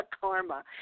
Karma